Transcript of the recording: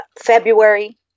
February